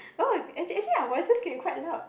oh actually actually our voices can quite loud